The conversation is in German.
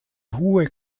hohe